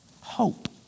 hope